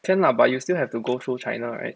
can lah but you still have to go through china right